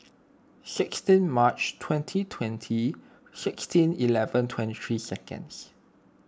sixteen March twenty twenty sixteen eleven twenty three seconds